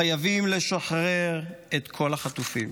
חייבים לשחרר את כל החטופים.